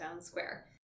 Square